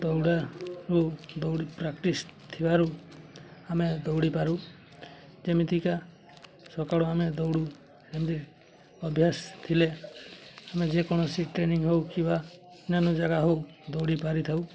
ଦୌଡ଼ାରୁ ଦୌଡ଼ି ପ୍ରାକ୍ଟିସ୍ ଥିବାରୁ ଆମେ ଦୌଡ଼ିପାରୁ ଯେମିତିକା ସକାଳୁ ଆମେ ଦୌଡ଼ୁ ଏମିତି ଅଭ୍ୟାସ ଥିଲେ ଆମେ ଯେକୌଣସି ଟ୍ରେନିଂ ହଉ କିମ୍ବା ଅନ୍ୟାନ୍ୟ ଜାଗା ହଉ ଦୌଡ଼ି ପାରିଥାଉ